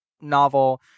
novel